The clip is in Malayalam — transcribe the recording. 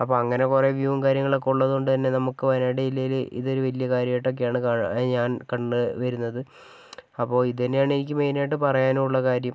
അപ്പോൾ അങ്ങനെ കുറേ വ്യൂവും കാര്യങ്ങളും ഒക്കെ ഉള്ളതുകൊണ്ട് തന്നെ നമുക്ക് വയനാട് ജില്ലയിൽ ഇതൊരു വലിയ കാര്യമായിട്ടൊക്കെയാണ് കാണ് ഞാൻ കണ്ടുവരുന്നത് അപ്പോൾ ഇതുതന്നെയാണ് എനിക്ക് മെയിൻ ആയിട്ട് പറയാനുള്ള കാര്യം